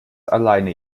alleine